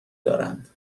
دارند